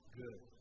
good